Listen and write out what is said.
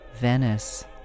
Venice